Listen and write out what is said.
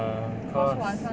err cause